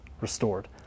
restored